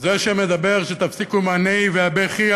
זה שמדבר ש"תפסיקו עם הנהי והבכי",